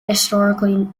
historically